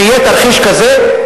שיהיה תרחיש כזה?